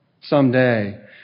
someday